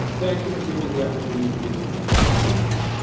thank you for giving me the opportunity to be with you. happy new year.